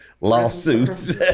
lawsuits